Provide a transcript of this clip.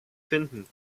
finden